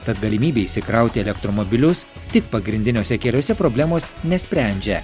tad galimybė įkrauti elektromobilius tik pagrindiniuose keliuose problemos nesprendžia